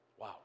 Wow